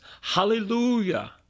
Hallelujah